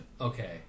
Okay